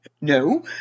No